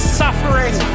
suffering